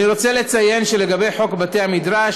אני רוצה לציין שלגבי חוק בתי-המדרש,